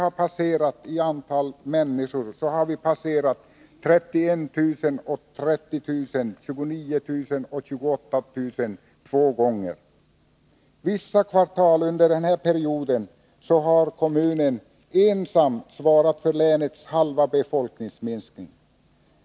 När det gäller antalet invånare har kommunen passerat 31 000, 30 000 och 29 000 samt 28 000 två gånger. Vissa kvartal under denna period har kommunen ensam svarat för länets halva befolkningsminskning.